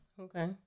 Okay